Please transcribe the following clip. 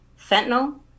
fentanyl